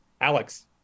Alex